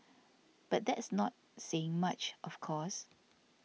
but that's not saying much of course